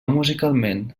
musicalment